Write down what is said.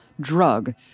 drug